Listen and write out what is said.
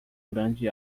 grande